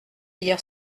hier